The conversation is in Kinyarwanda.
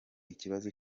ikibazo